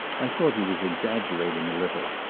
i thought he was exaggerating a little,